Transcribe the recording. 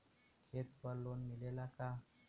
खेत पर लोन मिलेला का?